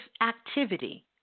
activity